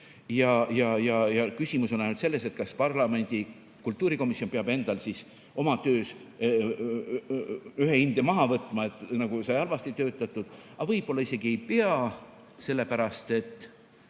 Küsimus on ainult selles, kas parlamendi kultuurikomisjon peab endal oma töös ühe hinde maha võtma, sest sai halvasti töötatud. Võib-olla isegi ei pea, sellepärast et